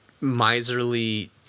miserly